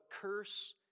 curse